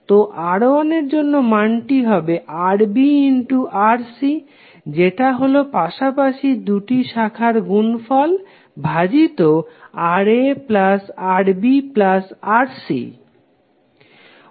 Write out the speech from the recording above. তো R1 এর জন্য মানটি হবে RbRc যেটা হলো পাশাপাশি দুটি শাখার গুনফল ভাজিত RaRbRc